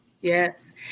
Yes